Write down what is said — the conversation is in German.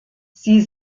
sie